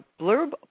Blurb